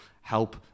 help